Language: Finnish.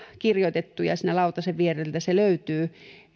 kirjoitettu joka siitä lautasen viereltä löytyy